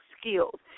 skills